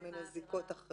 יש כל מיני זיקות אחרות.